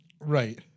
Right